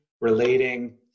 relating